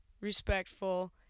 respectful